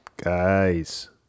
Guys